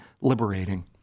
liberating